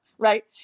right